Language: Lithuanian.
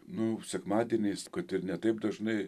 nu sekmadieniais kad ir ne taip dažnai